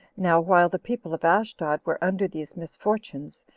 now while the people of ashdod were under these misfortunes,